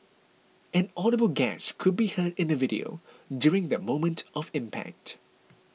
an audible gasp could be heard in the video during the moment of impact